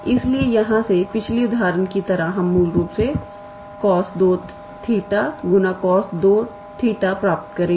इसलिए यहां से पिछले उदाहरण की तरह हम मूल रूप से 𝑐𝑜𝑠2𝜃 𝑐𝑜𝑠2𝜃 प्राप्त करेंगे